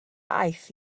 aeth